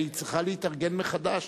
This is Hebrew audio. והיא צריכה להתארגן מחדש.